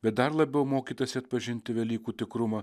bet dar labiau mokytasi atpažinti velykų tikrumą